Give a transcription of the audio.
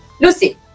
lucy